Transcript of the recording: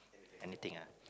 anything ah